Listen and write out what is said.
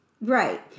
Right